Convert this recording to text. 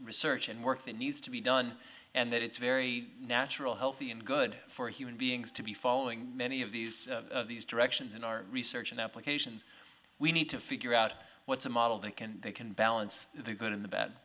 research and work that needs to be done and that it's very natural healthy and good for human beings to be following many of these these directions in our research and applications we need to figure out what the model think and they can balance the good in the